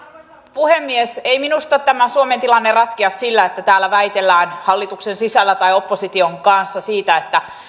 puhemies ei minusta tämä suomen tilanne ratkea sillä että täällä väitellään hallituksen sisällä tai opposition kanssa siitä että